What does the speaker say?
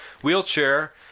Wheelchair